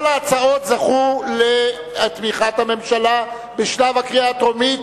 כל ההצעות זכו לתמיכת הממשלה בשלב הקריאה הטרומית.